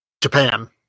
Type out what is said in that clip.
Japan